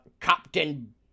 Captain